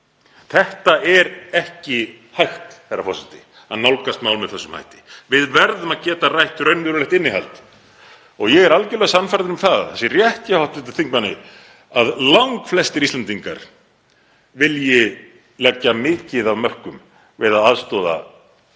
herra forseti, að nálgast mál með þessum hætti. Við verðum að geta rætt raunverulegt innihald. Ég er algerlega sannfærður um að það sé rétt hjá hv. þingmanni að langflestir Íslendingar vilji leggja mikið af mörkum við að aðstoða